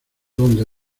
dónde